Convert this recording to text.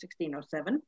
1607